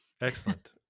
Excellent